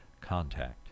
contact